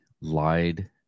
lied